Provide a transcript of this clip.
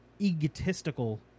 egotistical